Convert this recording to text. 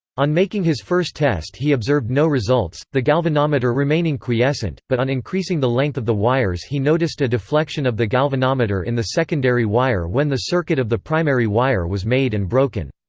on making his first test he observed no results, the galvanometer remaining quiescent, but on increasing the length of the wires he noticed a deflection of the galvanometer in the secondary wire when the circuit of the primary wire was made and broken.